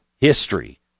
history